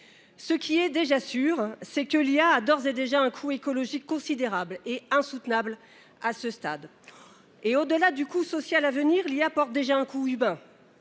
Ce qui est déjà sûr, c’est que l’IA a d’ores et déjà un coût écologique considérable et insoutenable à ce stade. Au delà du coût social à venir, l’IA représente un coût humain